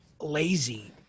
lazy